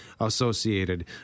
associated